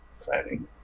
planning